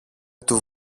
του